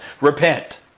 Repent